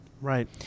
Right